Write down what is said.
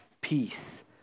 peace